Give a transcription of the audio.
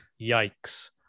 Yikes